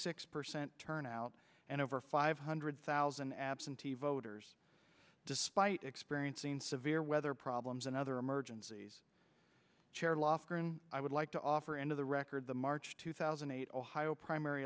six percent turnout and over five hundred thousand absentee voters despite experiencing severe weather problems and other emergencies chair lofgren i would like to offer into the record the march two thousand and eight ohio primary